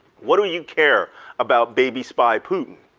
what do you care about baby spy putin?